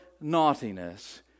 naughtiness